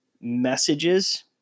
messages